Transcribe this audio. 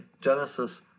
Genesis